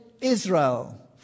Israel